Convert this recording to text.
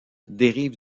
dérive